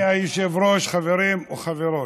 אדוני היושב-ראש, חברים וחברות,